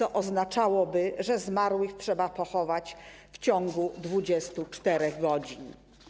Oznaczałoby to, że zmarłych trzeba pochować w ciągu 24 godzin.